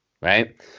right